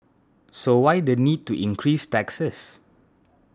so why the need to increase taxes